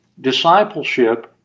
discipleship